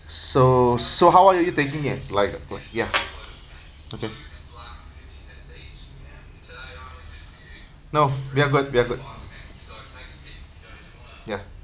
so so how are you you taking like o~ ya okay no we are good we are good ya